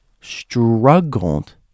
struggled